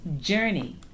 journey